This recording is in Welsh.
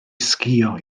sgïo